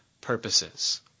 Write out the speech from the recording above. purposes